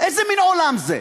איזה מין עולם זה?